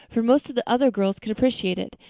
for most of the other girls could appreciate it,